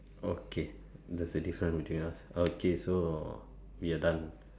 okay there's the difference between us okay so we are done